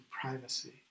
privacy